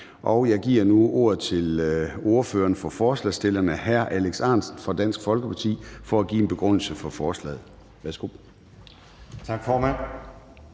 Jeg giver nu ordet til ordføreren for forslagsstillerne, hr. Alex Ahrendtsen fra Dansk Folkeparti, for en begrundelse for forslaget.